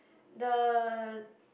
the